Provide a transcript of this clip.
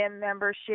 membership